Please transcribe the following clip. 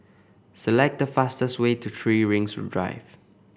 select the fastest way to Three Rings Drive